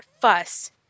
fuss